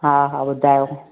हा हा ॿुधायो